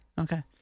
Okay